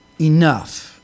enough